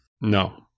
No